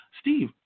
Steve